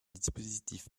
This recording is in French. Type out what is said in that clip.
dispositif